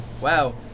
wow